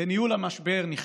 בניהול המשבר, נכשל,